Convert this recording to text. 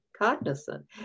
cognizant